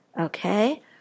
Okay